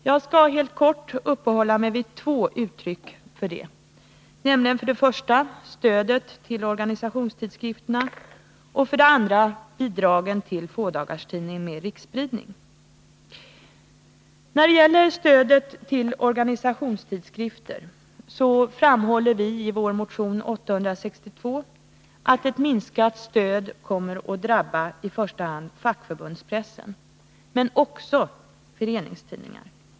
Jag skall huvudsakligen uppehålla mig vid två uttryck för detta, nämligen för det första stödet till organisationstidskrifter och för det andra bidragen till fådagarstidning med riksspridning. När det gäller stödet till organisationstidskrifter framhåller vi i vår motion 862 att ett minskat stöd främst kommer att drabba fackförbundspressen, men också föreningstidningar.